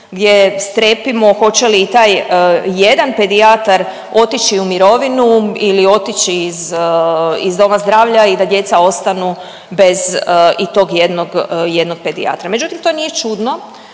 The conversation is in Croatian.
gdje strepimo hoće li i taj jedan pedijatar otići u mirovinu ili otići iz doma zdravlja i da djeca ostanu bez i tog jednog pedijatra. Međutim, to nije čudno